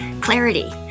clarity